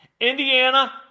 Indiana